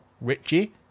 Richie